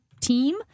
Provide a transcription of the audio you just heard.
team